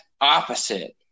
opposite